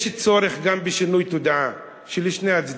יש צורך גם בשינוי תודעה, של שני הצדדים.